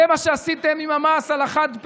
זה מה שעשיתם עם המס על החד-פעמי.